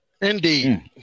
Indeed